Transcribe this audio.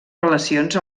relacions